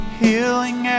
healing